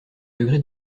degré